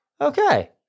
Okay